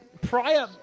prior